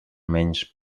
menys